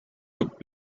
took